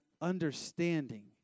understanding